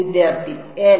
വിദ്യാർഥി എൻ